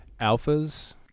Alphas